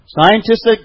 Scientists